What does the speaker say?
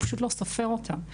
הוא פשוט לא סופר אותם.